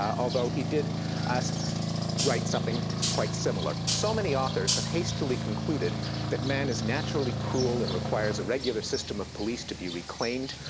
although he did write something quite similar. so many authors have hastily concluded that man is naturally cruel and requires a regular system of police to be reclaimed,